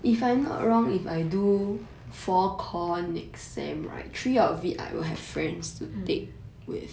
mm